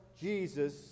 Jesus